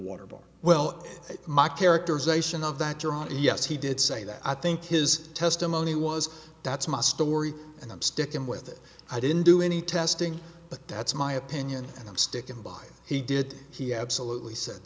bowl well my characterization of that john yes he did say that i think his testimony was that's my story and i'm stickin with it i didn't do any testing but that's my opinion and i'm sticking by he did he absolutely